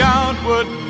outward